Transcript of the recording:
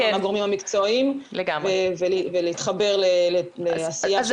מהגורמים המקצועיים ולהתחבר לעשייה של גורמים נוספים.